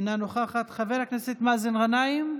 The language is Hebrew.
אינה נוכחת, חבר הכנסת מאזן גנאים,